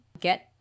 get